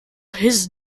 his